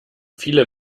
viele